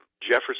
Jefferson